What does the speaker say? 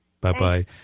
Bye-bye